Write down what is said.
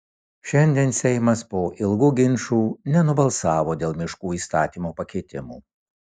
šiandien seimas po ilgų ginčų nenubalsavo dėl miškų įstatymo pakeitimų